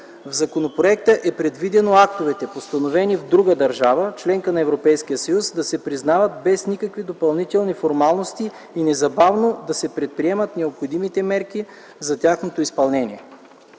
В законопроекта е предвидено актовете, постановени в друга държава – членка на Европейския съюз, да се признават без никакви допълнителни формалности и незабавно да се предприемат необходимите мерки за тяхното изпълнение.